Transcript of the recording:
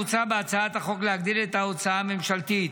מוצע בהצעת החוק להגדיל את ההוצאה הממשלתית